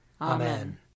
Amen